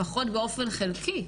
לפחות באופן חלקי.